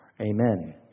Amen